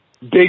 Big